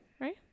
right